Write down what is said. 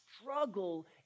struggle